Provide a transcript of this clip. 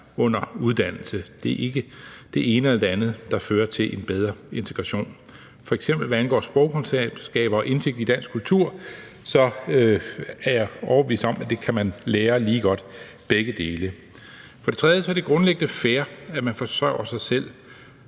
under uddannelse. Det er ikke det ene eller det andet, der fører til en bedre integration. F.eks. er jeg, hvad angår sprogkundskaber og indsigt i dansk kultur, overbevist om, at man kan lære begge dele lige godt. For det tredje er det grundlæggende fair, at man forsørger sig selv,